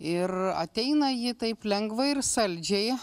ir ateina ji taip lengvai ir saldžiai